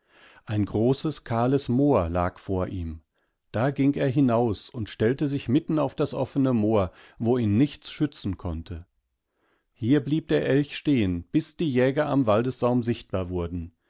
ein großes kahles moor lag vor ihm da ging er hinaus und stellte sich mitten auf das offene moor wo ihn nichts schützenkonnte hier blieb der elch stehen bis die jäger am waldessaum sichtbar wurden